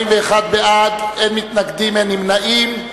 41 בעד, אין מתנגדים, אין נמנעים.